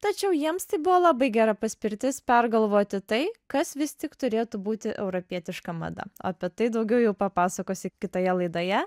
tačiau jiems tai buvo labai gera paspirtis pergalvoti tai kas vis tik turėtų būti europietiška mada o apie tai daugiau papasakosiu kitoje laidoje